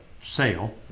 sale